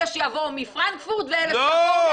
אלה שיבואו מפרנקפורט או מכול מקום אחר.